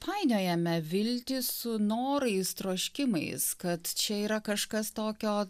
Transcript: painiojame viltį su norais troškimais kad čia yra kažkas tokio